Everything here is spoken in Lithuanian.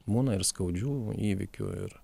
būna ir skaudžių įvykių ir